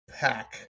pack